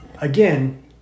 again